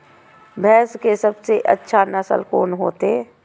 भैंस के सबसे अच्छा नस्ल कोन होते?